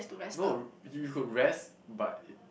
no you could rest but